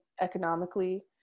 economically